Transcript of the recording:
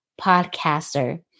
podcaster